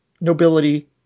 nobility